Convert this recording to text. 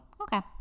Okay